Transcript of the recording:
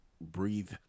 breathe